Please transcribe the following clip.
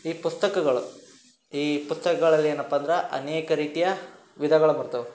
ಈ ಪುಸ್ತಕಗಳು ಈ ಪುಸ್ತಕಗಳಲ್ಲೇನಪ್ಪ ಅಂದ್ರೆ ಅನೇಕ ರೀತಿಯ ವಿಧಗಳ್ ಬರ್ತವೆ